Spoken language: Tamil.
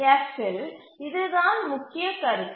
எஃப் இல் இதுதான் முக்கிய கருத்து